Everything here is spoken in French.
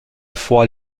fois